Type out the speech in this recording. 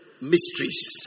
mysteries